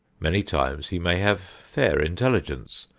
many times he may have fair intelligence,